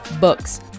books